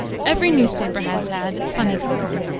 every newspaper has had its funny column.